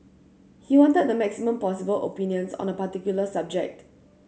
he wanted the maximum possible opinions on a particular subject